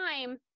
time